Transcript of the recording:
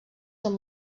són